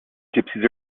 gypsies